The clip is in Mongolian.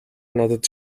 надад